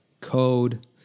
code